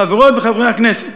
חברות וחברי הכנסת,